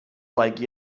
like